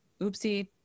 oopsie